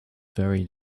very